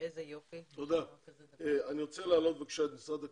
אני רוצה להעלות את משרד הקליטה.